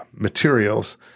materials